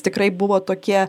tikrai buvo tokie